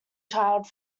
child